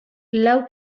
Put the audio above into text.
lau